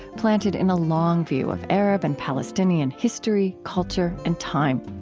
planted in a long view of arab and palestinian history, culture, and time